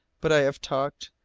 but i have talked,